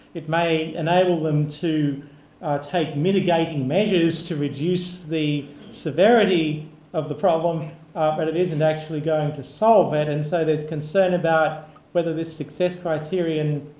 it may enable them to take mitigating measures to reduce the severity of the problem but it isn't actually going to solve it. and so there's concern about whether this success criterion